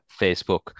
Facebook